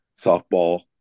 softball